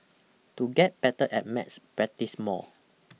to get better at maths practise more